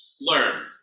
learn